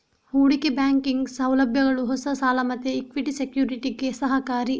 ಹೂಡಿಕೆ ಬ್ಯಾಂಕಿಂಗ್ ಸೌಲಭ್ಯಗಳು ಹೊಸ ಸಾಲ ಮತ್ತೆ ಇಕ್ವಿಟಿ ಸೆಕ್ಯುರಿಟಿಗೆ ಸಹಕಾರಿ